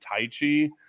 Taichi